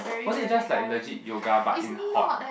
was it just like legit yoga but in hot